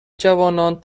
جوانان